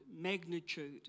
magnitude